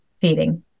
feeding